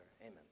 Amen